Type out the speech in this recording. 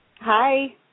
Hi